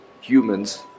humans